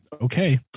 Okay